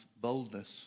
boldness